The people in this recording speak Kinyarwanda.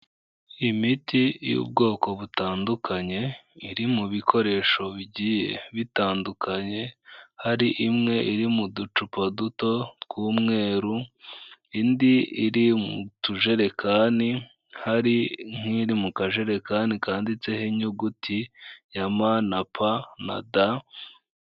Imiti y'ubwoko butandukanye iri mu bikoresho bigiye bitandukanye, hari imwe iri mu ducupa duto tw'umweru, indi iri mu tujerekani, hari nk'iri mu kajerekani kanditseho inyuguti ya M na P na D.